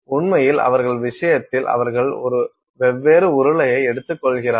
உண்மையில் அவர்கள் விஷயத்தில் அவர்கள் ஒரு வெற்று உருளையை எடுத்துக்கொள்கிறார்கள்